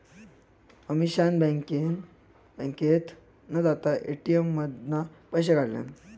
अमीषान बँकेत न जाता ए.टी.एम मधना पैशे काढल्यान